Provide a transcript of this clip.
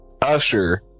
Usher